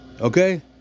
Okay